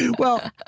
and well, ah